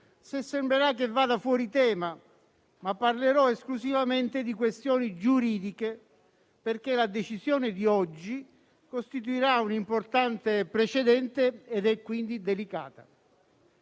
se sembrerà che vada fuori tema, ma parlerò esclusivamente di questioni giuridiche, perché la decisione di oggi costituirà un importante precedente ed è quindi delicata.